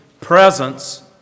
presence